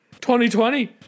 2020